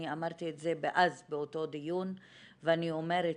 אני אמרתי את זה אז באותו דיון ואני אומרת